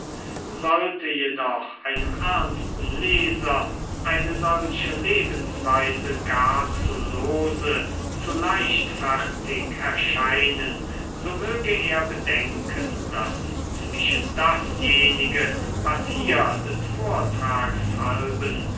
sollte jedoch einem ernsten leser eine solche lebensweise gar zu lose zu leichtfertig erscheinen so möge er bedenken daß zwischen dasjenige was hier des vortrags halben